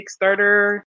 Kickstarter